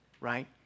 right